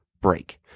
break